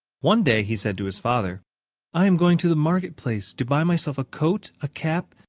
one day he said to his father i am going to the market place to buy myself a coat, a cap,